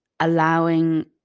allowing